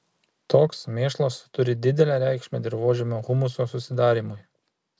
toks mėšlas turi didelę reikšmę dirvožemio humuso susidarymui